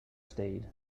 stayed